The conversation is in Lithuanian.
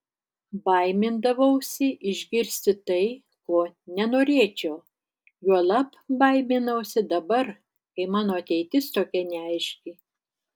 baimindavausi išgirsti tai ko nenorėčiau juolab baiminausi dabar kai mano ateitis tokia neaiški